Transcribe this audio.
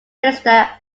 minister